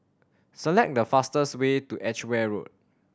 select the fastest way to Edgware Road